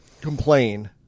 complain